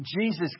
Jesus